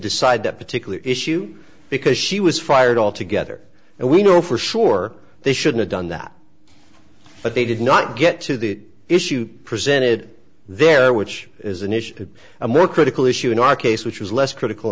decide that particular issue because she was fired all together and we know for sure they should have done that but they did not get to the issue presented there which is an issue of a more critical issue in our case which was less critical